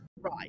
Right